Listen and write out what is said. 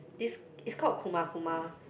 this it's called kuma-kuma